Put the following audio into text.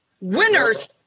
Winners